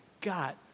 got